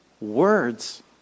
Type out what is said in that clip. Words